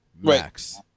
Max